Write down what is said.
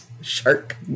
Shark